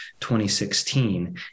2016